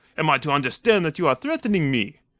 am i to understand that you are threatening me?